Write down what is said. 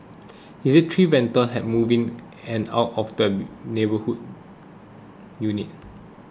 he said three vendors had moved in and out of the neighbouring unit